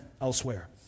elsewhere